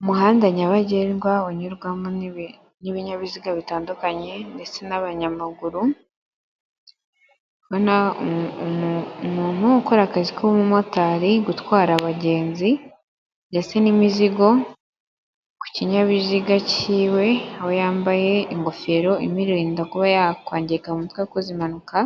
Umuhanda nyabagendwa unyurwamo n'ibinyabiziga bitandukanye ndetse n'abanyamaguru. Ndikubona umuntu ukora akazi k'ubumotari, gutwara abagenzi ndetse n'imizigo ku kinyabiziga cyiwe aho yambaye ingofero imurinda kuba yakwangirika mu mutwe agize impanuka.